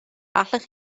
allech